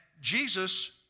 Jesus